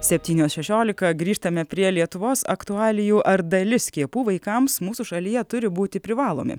septynios šešiolika grįžtame prie lietuvos aktualijų ar dalis skiepų vaikams mūsų šalyje turi būti privalomi